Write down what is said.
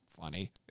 funny